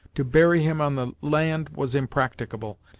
to bury him on the land was impracticable,